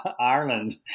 Ireland